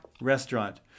Restaurant